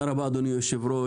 תודה רבה, אדוני היושב-ראש.